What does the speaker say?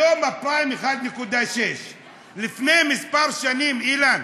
היום הפריים הוא 1.6%. לפני כמה שנים, אילן,